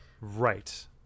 Right